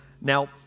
Now